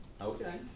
Okay